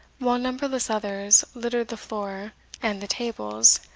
while numberless others littered the floor and the tables,